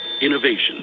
Innovation